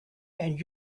and